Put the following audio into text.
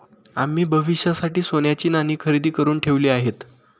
आम्ही भविष्यासाठी सोन्याची नाणी खरेदी करुन ठेवली आहेत